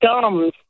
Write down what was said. gums